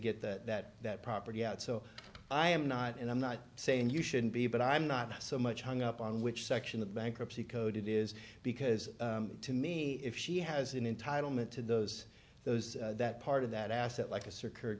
get that that property out so i am not and i'm not saying you shouldn't be but i'm not so much hung up on which section of the bankruptcy code it is because to me if she has an in title meant to those those that part of that asset like a circu